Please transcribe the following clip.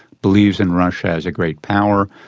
believes in russia as a great power,